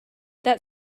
that